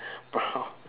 brown